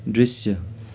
दृश्य